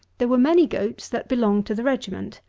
there were many goats that belonged to the regiment,